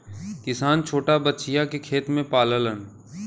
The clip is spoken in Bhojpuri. किसान छोटा बछिया के खेत में पाललन